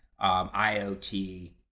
IoT